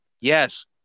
Yes